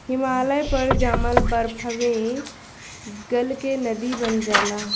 हिमालय पर जामल बरफवे गल के नदी बन जाला